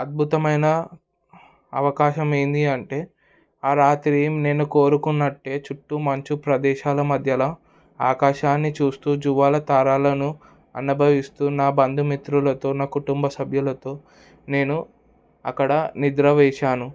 అద్భుతమైన అవకాశం ఏంటీ అంటే ఆ రాత్రి నేను కోరుకున్నట్టే చుట్టూ మంచు ప్రదేశాల మధ్యల ఆకాశాన్ని చూస్తూ జువాల తారాలను అనుభవిస్తున్న బంధుమిత్రులతో నా కుటుంబ సభ్యులతో నేను అక్కడ నిద్ర చేశాను